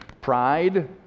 Pride